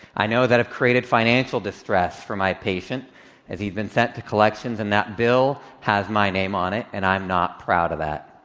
i know that i've created financial distress for my patient as he's been sent to collections and that bill has my name on it and i'm not proud of that.